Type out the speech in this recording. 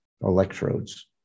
electrodes